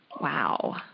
Wow